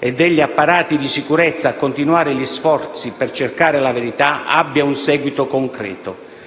e degli apparati di sicurezza a continuare gli sforzi per scoprire la verità», abbia un seguito concreto.